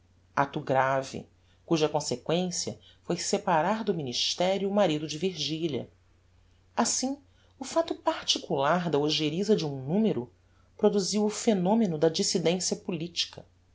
acto grave cuja consequência foi separar do ministerio o marido de virgilia assim o facto particular da ogerisa de um numero produziu o phenomeno da dissidencia politica